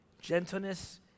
gentleness